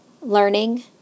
learning